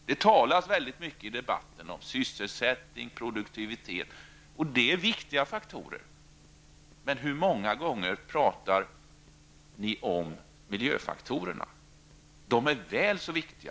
Det talas i debatten om sysselsättning och produktivitet, och det är viktiga faktorer. Men hur ofta pratar ni socialdemokrater om miljöfaktorerna? De är väl så viktiga.